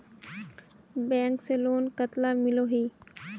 Bank से loan कतला मिलोहो?